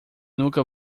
nunca